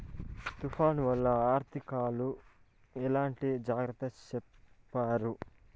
తుఫాను వల్ల అధికారులు ఎట్లాంటి జాగ్రత్తలు చెప్తారు?